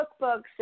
cookbooks